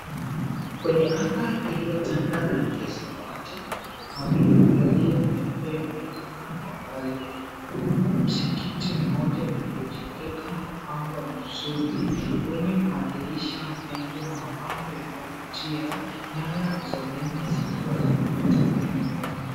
Kwenye anga iliyotanda rangi ya samawati, mawingu yaliyo meupe yanaonekana kwa mbali huku msikiti mmoja uliojengeka na kupambwa vizuri wenye madirisha mengi na mapambo yanayovutia. Nyayo za umeme zikiwa zimepita juu yake.